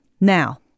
Now